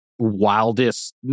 wildest